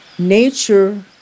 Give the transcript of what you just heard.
nature